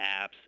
apps